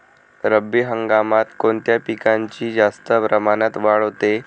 रब्बी हंगामात कोणत्या पिकांची जास्त प्रमाणात वाढ होते?